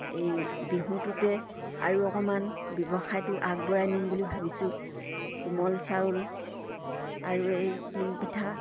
এই বিহুটোতে আৰু অকমান ব্যৱসায়টো আগবঢ়াই নিম বুলি ভাবিছোঁ কোমল চাউল আৰু এই তিলপিঠা